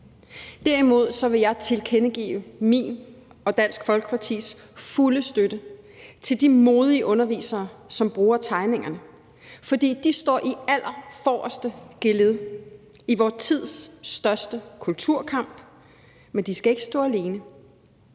Derimod vil jeg tilkendegive min og Dansk Folkepartis fulde støtte til de modige undervisere, som bruger tegningerne, for de står i allerforreste geled i vor tids største kulturkamp. Men de skal ikke stå alene.